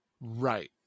Right